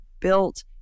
built